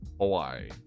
Hawaii